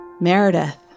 Meredith